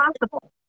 possible